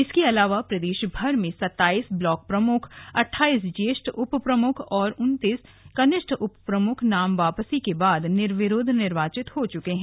इसके अलावा प्रदेशभर में सत्ताईस ब्लॉक प्रमुख अट्ठाइस ज्येष्ठ उप प्रमुख और उन्नतीस कनिष्ठ उप प्रमुख नाम वापसी के बाद निर्विरोध निर्वाचित हो चुके हैं